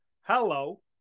hello